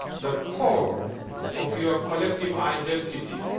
the call of your collective identity.